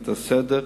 את הסדר,